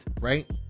right